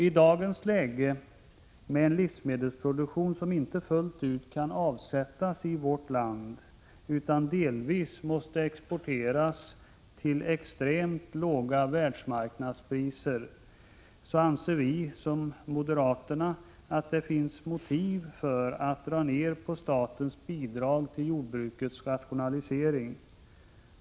I dagens läge, med en livsmedelsproduktion som inte fullt ut kan avsättas i vårt land utan delvis måste exporteras till extremt låga världsmarknadspriser, anser folkpartiet, liksom moderaterna, att det finns motiv för att dra ned på statens bidrag till jordbrukets rationalisering.